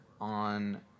on